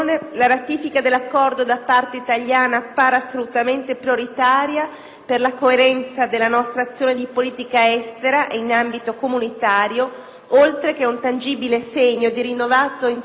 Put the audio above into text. oltre che un tangibile segno di rinnovato interesse dell'Italia verso questo Paese, e più in generale verso l'area che rappresenta un importante fonte di approvvigionamento energetico.